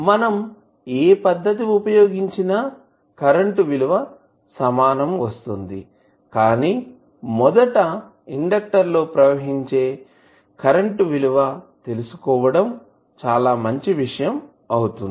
మనం ఏ పద్ధతి ఉపయోగించిన కరెంటు విలువ సమానం వస్తుంది కానీ మొదట ఇండెక్టర్ లో ప్రవహించే కరెంటు విలువ తెలుసుకోవడం మంచి విషయం అవుతుంది